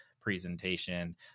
presentation